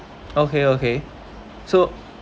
okay okay so